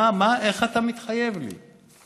איך אתה מתחייב לי?